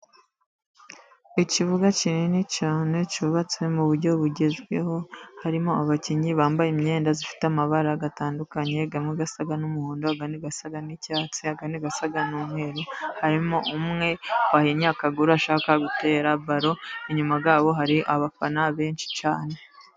Ikibuga kinini cyane cyubatse mu buryo bugezweho. Harimo abakinnyi bambaye imyenda ifite amabara atandukanye, imwe asa n'umuhondo, indi asa n'icyatsi indi isa n'umweru. Harimo umwe wahinnye akaguru ashaka gutera balo. Inyuma yabo hari abafana benshi cyane.